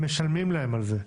משלמים להם על זה.